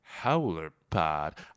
howlerpod